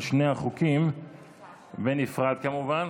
על שני החוקים בנפרד, כמובן,